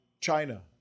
China